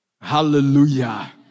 hallelujah